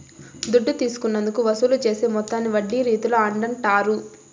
దుడ్డు తీసుకున్నందుకు వసూలు చేసే మొత్తాన్ని వడ్డీ రీతుల అంటాండారు